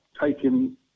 taking